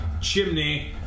chimney